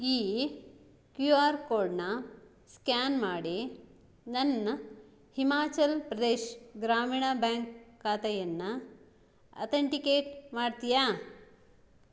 ಈ Q R ಕೋಡನ್ನು scan ಮಾಡಿ ನನ್ನ ಹಿಮಾಚಲ್ ಪ್ರದೇಶ್ ಗ್ರಾಮೀಣ ಬ್ಯಾಂಕ್ ಖಾತೆಯನ್ನು ಅಥೆಂಟಿಕೇಟ್ ಮಾಡ್ತೀಯಾ